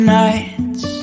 nights